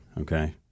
Okay